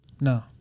No